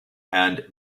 and